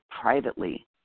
privately